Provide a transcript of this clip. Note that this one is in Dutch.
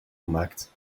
gemaakt